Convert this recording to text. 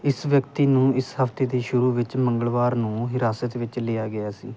ਇਸ ਵਿਅਕਤੀ ਨੂੰ ਇਸ ਹਫ਼ਤੇ ਦੇ ਸ਼ੁਰੂ ਵਿੱਚ ਮੰਗਲਵਾਰ ਨੂੰ ਹਿਰਾਸਤ ਵਿੱਚ ਲਿਆ ਗਿਆ ਸੀ